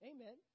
Amen